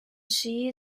ski